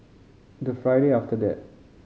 the Friday after that